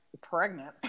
pregnant